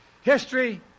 History